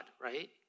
right